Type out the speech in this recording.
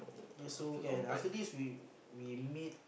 ya so can after this we we meet